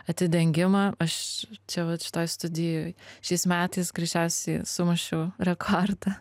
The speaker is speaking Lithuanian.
atidengimą aš čia vat šitoj studijoj šiais metais greičiausiai sumušiau rekordą